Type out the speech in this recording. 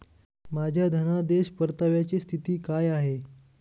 माझ्या धनादेश परताव्याची स्थिती काय आहे?